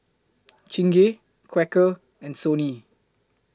Chingay Quaker and Sony